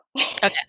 Okay